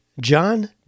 John